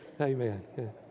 Amen